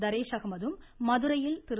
தரேஸ்அஹமதும் மதுரையில் திரு